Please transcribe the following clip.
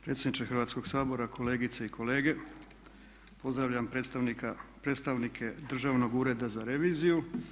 Predsjedniče Hrvatskog sabora, kolegice i kolege, pozdravljam predstavnike Državnog ureda za reviziju.